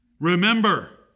Remember